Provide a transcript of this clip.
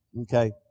Okay